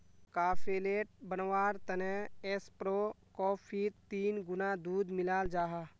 cafe latte बनवार तने espresso कोफ्फीत तीन गुणा दूध मिलाल जाहा